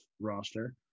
roster